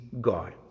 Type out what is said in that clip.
God